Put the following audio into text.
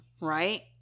Right